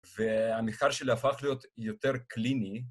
והמחקר שלי הפך להיות יותר קליני.